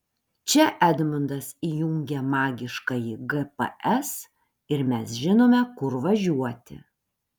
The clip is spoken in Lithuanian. čia edmundas įjungia magiškąjį gps ir mes žinome kur važiuoti